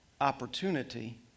opportunity